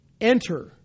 Enter